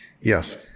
yes